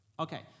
Okay